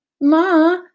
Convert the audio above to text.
Ma